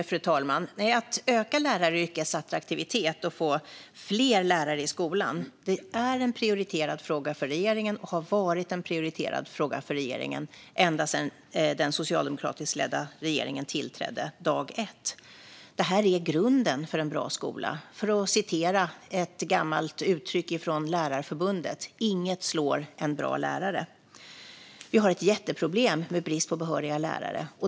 Fru talman! Att öka läraryrkets attraktivitet och få fler lärare i skolan är en prioriterad fråga för regeringen, och det har varit en prioriterad fråga ända sedan den socialdemokratiskt ledda regeringen tillträdde, från dag ett. Det är grunden för en bra skola. Jag kan citera ett gammalt uttryck från Lärarförbundet: Inget slår en bra lärare. Vi har ett jätteproblem med bristen på behöriga lärare.